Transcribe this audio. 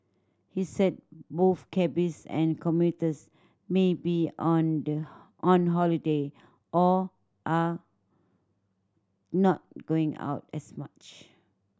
he said both cabbies and commuters may be under on holiday or are not going out as much